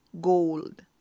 gold